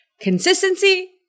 Consistency